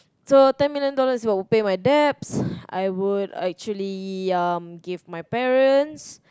so ten million dollars will pay my debts I would actually um give my parents